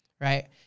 Right